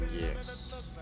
yes